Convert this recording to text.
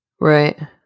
Right